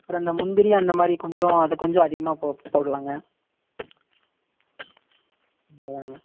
அப்புறம் அந்த முந்திரி அந்த மாதிரி கொஞ்சம் அது கொஞ்சம் அதிகமாக போ போடலாங்க போடலாங்க அவ்வளோதாங்க